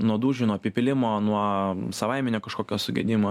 nuo dūžių nuo apipylimo nuo savaiminio kažkokio sugedimo